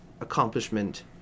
accomplishment